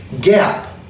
gap